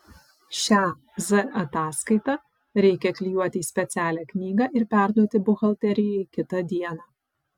šią z ataskaitą reikia klijuoti į specialią knygą ir perduoti buhalterijai kitą dieną